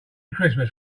christmas